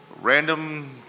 random